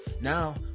Now